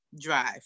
drive